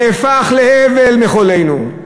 נהפך לאבל מחולנו,